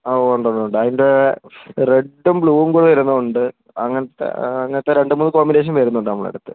ആ ഉണ്ടുണ്ടുണ്ട് അതിന്റെ റെഡും ബ്ലൂവും കൂടെ വരുന്നതുണ്ട് അങ്ങനത്തെ അങ്ങനത്തെ രണ്ടുമൂന്ന് കോമ്പിനേഷന് വരുന്നുണ്ട് നമ്മളുടെയടുത്ത്